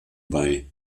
bei